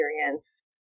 experience